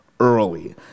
Early